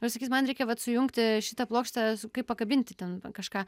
ir sakys man reikia vat sujungti šitą plokštę kaip pakabinti ten kažką